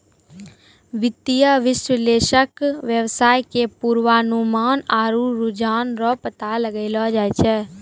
वित्तीय विश्लेषक वेवसाय के पूर्वानुमान आरु रुझान रो पता लगैलो जाय छै